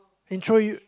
intro you